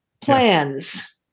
plans